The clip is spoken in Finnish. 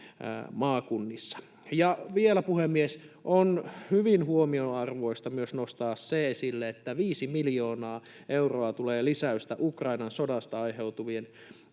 maakunnissa. Ja vielä, puhemies, on hyvin huomionarvoista nostaa esille myös se, että 5 miljoonaa euroa tulee lisäystä Ukrainan sodasta aiheutuvaan